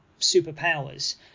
superpowers